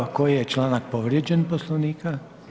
Koji je članak povrijeđen Poslovnika?